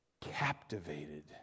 captivated